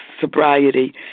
sobriety